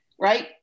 right